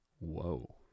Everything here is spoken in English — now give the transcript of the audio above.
Whoa